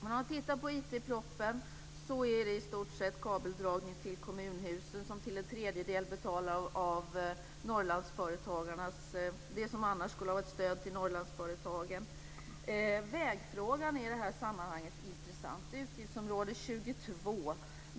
Om man läser IT-propositionen handlar det i stort sett om kabeldragning till kommunhusen, som till en tredjedel betalas av det som annars skulle vara ett stöd till Vägfrågan är i det här sammanhanget intressant.